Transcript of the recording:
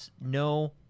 no